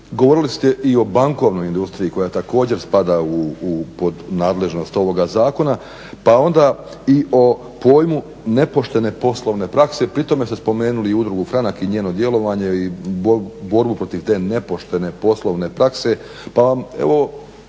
govorili ste i o bankovnoj industriji koja također spada pod nadležnost ovoga zakona pa onda i o pojmu nepoštene poslovne prakse i pri tome ste spomenuli Udrugu Franak i njeno djelovanje i borbu protiv te nepoštene poslovne prakse